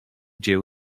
dzieł